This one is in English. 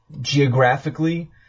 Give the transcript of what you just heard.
Geographically